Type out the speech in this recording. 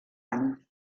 any